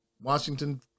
Washington